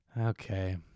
Okay